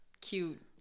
cute